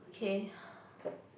K